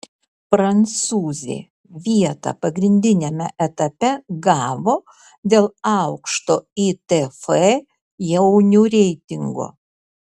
prancūzė vietą pagrindiniame etape gavo dėl aukšto itf jaunių reitingo